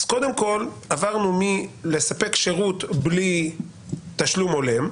עברנו מלספק שירות בלי תשלום הולם,